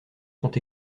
sont